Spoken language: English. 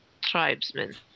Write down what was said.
tribesmen